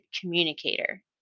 communicator